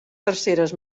terceres